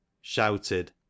Shouted